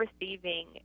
receiving